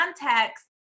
context